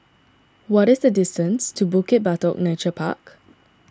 what is the distance to Bukit Batok Nature Park